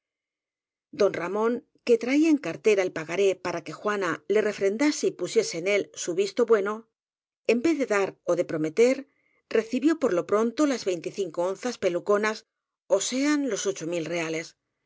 don ramón que traía en cartera el pagaré para que juana le refrendase y pusiese en él su visto bueno en vez de dar ó de prometer recibió por lo pronto las veinticinco onzas peluconas ó sean los ocho mil reales